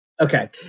Okay